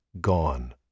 gone